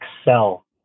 excel